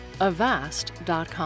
avast.com